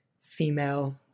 female